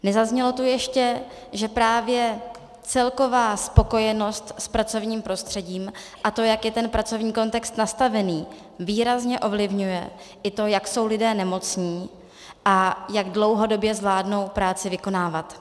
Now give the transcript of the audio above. Nezaznělo tu ještě, že právě celková spokojenost s pracovním prostředím a to, jak je ten pracovní kontext nastavený, výrazně ovlivňuje i to, jak jsou lidé nemocní a jak dlouhodobě zvládnou práci vykonávat.